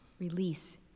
release